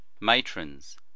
matrons